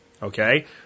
okay